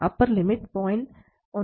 upper limit 0